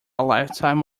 lifetime